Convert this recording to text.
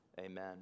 Amen